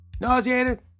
Nauseated